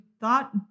thought